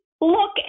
look